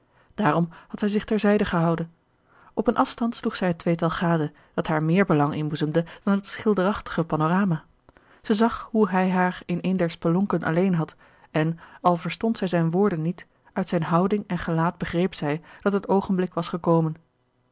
daarom had zij zich ter zijde gehouden op een afstand sloeg zij het tweetal gade dat haar meer belang inboezemde dan het schilderachtige panorama zij zag hoe hij haar in een der spelonken alleen had en al verstond zij zijne woorden niet uit zijn houding en gelaat begreep zij dat het oogenblik was gekomen